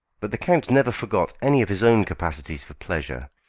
but the count never forgot any of his own capacities for pleasure,